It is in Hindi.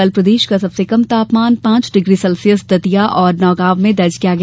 कल प्रदेश का सबसे कम तापमान पांच डिग्री सेल्सियस दतिया और नौगांव में दर्ज किया गया